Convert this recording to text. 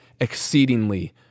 exceedingly